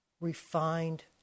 refined